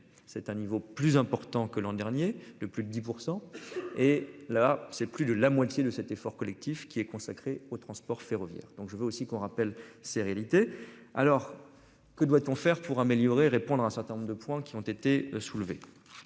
c'est un niveau plus important que l'an dernier le plus de 10%. Et là c'est plus de la moitié de cet effort collectif qui est consacré au transport ferroviaire. Donc je veux aussi qu'on rappelle ces réalités alors que doit-on faire pour améliorer. Répondre. Un certain nombre de points qui ont été soulevées.